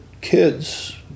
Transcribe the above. kids